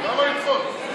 למה לדחות?